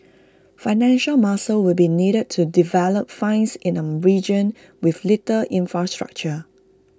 financial muscle will be needed to develop finds in A region with little infrastructure